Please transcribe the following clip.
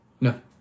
No